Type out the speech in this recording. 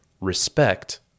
Respect